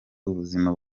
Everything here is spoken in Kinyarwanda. ubuzima